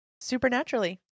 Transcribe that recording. Supernaturally